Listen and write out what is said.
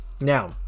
Now